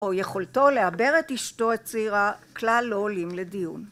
או יכולתו לעבר את אשתו את צעירה כלל לא עולים לדיון